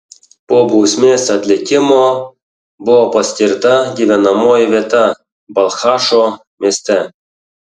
po bausmės atlikimo buvo paskirta gyvenamoji vieta balchašo mieste